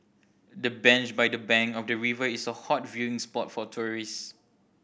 the bench by the bank of the river is a hot viewing spot for tourists